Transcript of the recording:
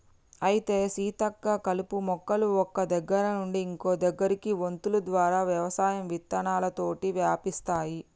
అయితే సీతక్క కలుపు మొక్కలు ఒక్క దగ్గర నుండి ఇంకో దగ్గరకి వొంతులు ద్వారా వ్యవసాయం విత్తనాలతోటి వ్యాపిస్తాయి